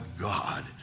God